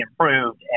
improved